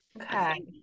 Okay